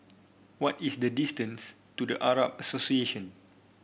what is the distance to The Arab Association